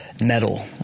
Metal